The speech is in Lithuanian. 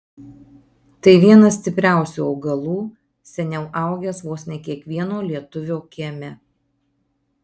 tai vienas stipriausių augalų seniau augęs vos ne kiekvieno lietuvio kieme